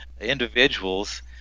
individuals